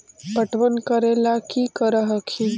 पटबन करे ला की कर हखिन?